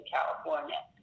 California